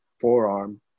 forearm